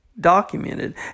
documented